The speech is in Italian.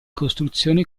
costruzione